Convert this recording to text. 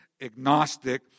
Agnostic